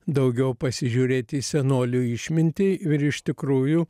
daugiau pasižiūrėti į senolių išmintį ir iš tikrųjų